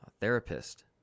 therapist